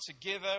together